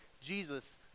Jesus